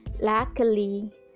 Luckily